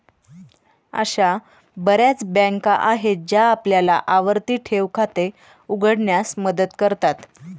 अशा बर्याच बँका आहेत ज्या आपल्याला आवर्ती ठेव खाते उघडण्यास मदत करतात